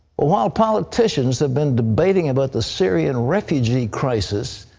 while politicians have been debating about the syrian refugee crisis,